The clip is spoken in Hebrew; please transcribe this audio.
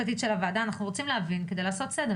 אנחנו רוצים להבין כדי לעשות סדר.